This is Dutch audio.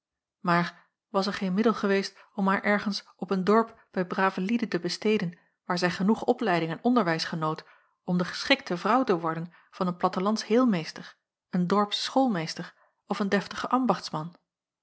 maar was er geen middel geweest om haar ergens op een dorp bij brave lieden te besteden waar zij genoeg opleiding en onderwijs genoot om de geschikte vrouw te worden van een plattelands heelmeester een dorps schoolmeester of een deftigen ambachtsman